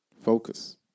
Focus